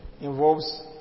involves